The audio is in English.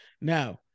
Now